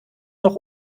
noch